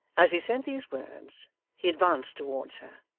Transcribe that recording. as he said these words he advanced towards her.